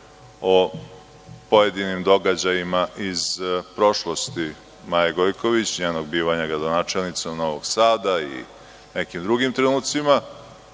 o pojedinim događajima iz prošlosti Maje Gojković, njenog bivanja gradonačelnicom Novog Sada i nekim drugim trenucima